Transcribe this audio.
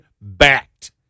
backed